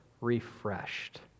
refreshed